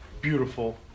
Beautiful